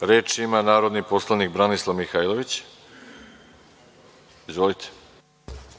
Reč ima narodni poslanik Branislav Mihajlović.